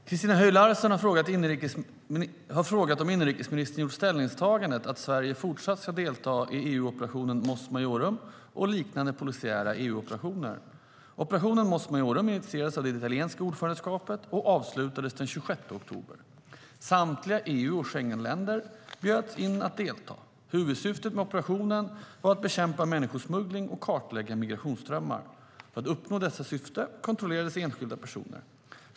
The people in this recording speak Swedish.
Fru talman! Christina Höj Larsen har frågat om inrikesministern gjort ställningstagandet att Sverige fortsatt ska delta i EU-operationen Mos Maiorum och liknande polisiära EU-operationer.Operationen Mos Maiorum initierades av det italienska ordförandeskapet och avslutades den 26 oktober. Samtliga EU och Schengenländer bjöds in att delta. Huvudsyftet med operationen var att bekämpa människosmuggling och kartlägga migrationsströmmar. För att uppnå detta syfte kontrollerades enskilda personer.